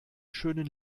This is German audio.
schönen